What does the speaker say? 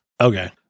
okay